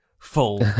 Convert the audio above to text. Full